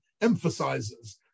emphasizes